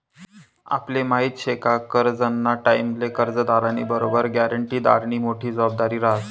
आपले माहिती शे का करजंना टाईमले कर्जदारनी बरोबर ग्यारंटीदारनी मोठी जबाबदारी रहास